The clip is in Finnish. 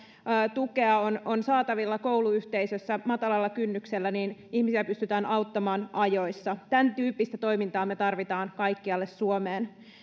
tukea on on saatavilla kouluyhteisössä matalalla kynnyksellä niin ihmisiä pystytään auttamaan ajoissa tämäntyyppistä toimintaa me tarvitsemme kaikkialle suomeen